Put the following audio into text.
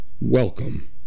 welcome